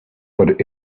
but